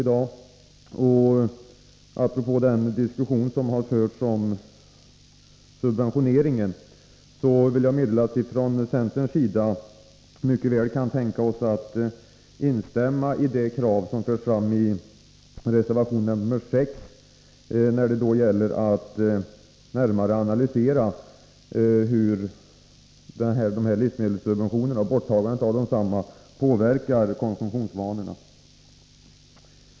Med anledning av diskussionen om subventioneringen av livsmedel vill jag meddela att vi från centerns sida mycket väl kan tänka oss att instämma i det krav som förts fram i reservation nr 6 när det gäller att närmare analysera hur borttagandet av livsmedelssubventionerna påverkar konsumtionsvanorna.